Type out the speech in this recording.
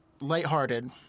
lighthearted